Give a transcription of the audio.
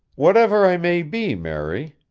whatever i may be, mary,